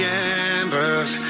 embers